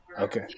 Okay